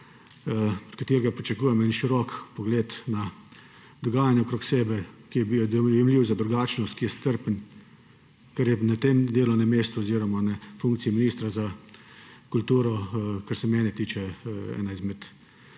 pričakoval en širok pogled na dogajanja okrog sebe, ki je dojemljiv za drugačnost, ki je strpen, kar je na delovnem mestu oziroma na funkciji ministra za kulturo, kar se mene tiče, ena izmed